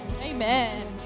Amen